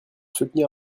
soutenir